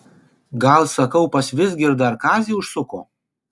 gal sakau pas vizgirdą ar kazį užsuko